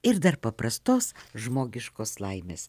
ir dar paprastos žmogiškos laimės